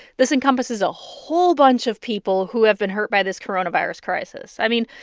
this encompasses a whole bunch of people who have been hurt by this coronavirus crisis. i mean,